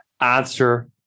answer